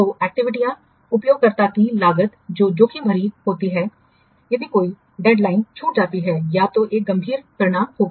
तो एक्टिविटीयाँ उपयोगकर्ता की लागत जो जोखिम भरी होती है यदि कोई डेडलाइन छूट जाती है या तो एक गंभीर परिणाम होगा